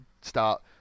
start